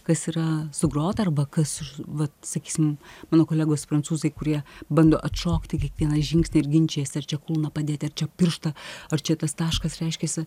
kas yra sugrota arba kas vat sakysim mano kolegos prancūzai kurie bando atšokti kiekvieną žingsnį ir ginčijasi ar čia kūną padėt ar čia pirštą ar čia tas taškas reiškiasi